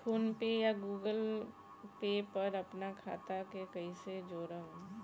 PhonePe या Google Pay पर अपना खाता के कईसे जोड़म?